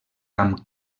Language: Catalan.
amb